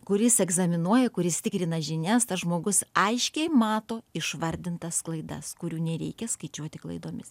kuris egzaminuoja kuris tikrina žinias tas žmogus aiškiai mato išvardintas klaidas kurių nereikia skaičiuoti klaidomis